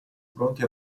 pronti